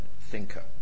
thinker